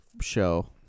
show